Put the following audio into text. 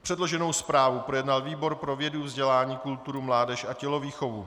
Předloženou zprávu projednal výbor pro vědu, vzdělání, kulturu, mládež a tělovýchovu.